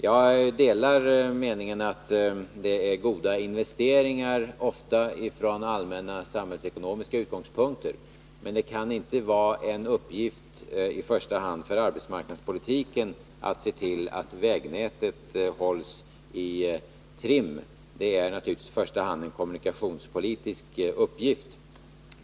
Jag delar meningen att det från allmänna samhällsekonomiska utgångspunkter ofta är goda investeringar, men det kan inte vara en uppgift för i första hand arbetsmarknadspolitiken att se till att vägnätet hålls i trim. Det är naturligtvis i första hand en kommunikationspolitisk uppgift.